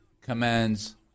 commands